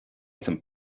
some